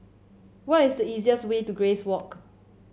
what is the easiest way to Grace Walk